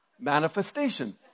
manifestation